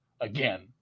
again